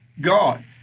God